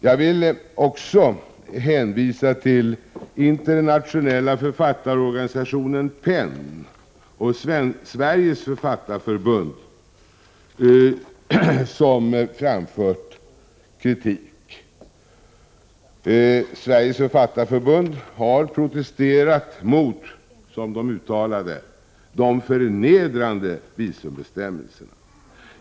Jag vill också hänvisa till internationella författarorganisationen PEN och till Sveriges Författarförbund som framfört kritik mot USA:s viseringsbestämmelser. Sveriges Författarförbund har protesterat mot, som de uttalade, de förnedrande visumbestämmelserna.